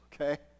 okay